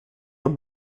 der